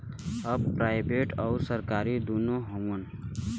अब प्राइवेट अउर सरकारी दुन्नो हउवन